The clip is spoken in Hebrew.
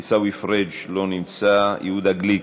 עיסאווי פריג' לא נמצא, יהודה גליק,